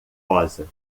rosa